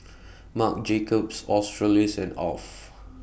Marc Jacobs Australis and Alf